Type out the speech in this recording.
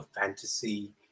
fantasy